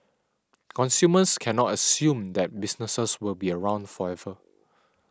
consumers cannot assume that businesses will be around forever